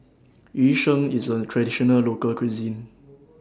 Yu Sheng IS A Traditional Local Cuisine